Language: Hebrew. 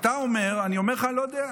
אתה אומר, אני אומר לך שאני לא יודע.